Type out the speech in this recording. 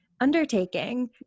undertaking